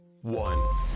one